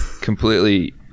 Completely